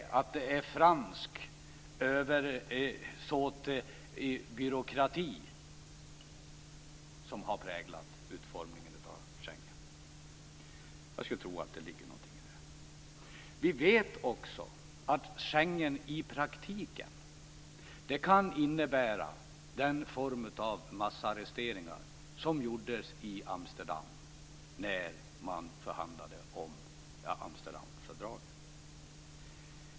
Är det fransk översåtebyråkrati som har präglat utformningen av Schengen? Jag skulle tro att det ligger något i det. Vi vet också att Schengen i praktiken kan innebära den form av massarresteringar som gjordes i Amsterdam i samband med förhandlingarna om Amsterdamfördraget.